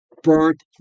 burnt